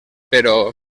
però